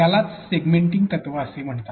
यालाच सेगमेंटिंग तत्व म्हणतात